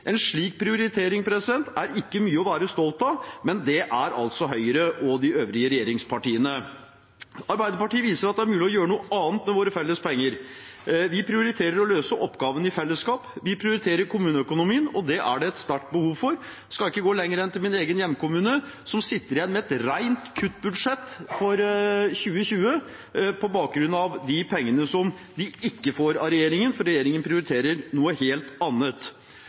En slik prioritering er ikke mye å være stolt av, men det er altså Høyre og de øvrige regjeringspartiene. Arbeiderpartiet viser at det er mulig å gjøre noe annet med våre felles penger. Vi prioriterer å løse oppgavene i fellesskap, vi prioriterer kommuneøkonomien, og det er det et sterkt behov for. Jeg skal ikke gå lenger enn til min egen hjemkommune, som sitter igjen med et rent kuttbudsjett for 2020 på bakgrunn av de pengene som de ikke får av regjeringen fordi regjeringen prioriterer noe helt annet.